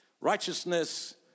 Righteousness